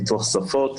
פיתוח שפות,